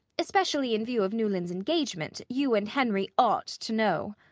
especially in view of newland's engagement, you and henry ought to know.